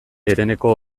hereneko